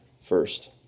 first